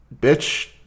bitch